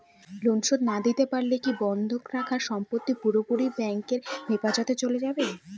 Loan শোধ না দিতে পারলে কি বন্ধক রাখা সম্পত্তি পুরোপুরি ব্যাংকের হেফাজতে চলে যাবে?